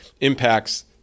impacts